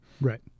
Right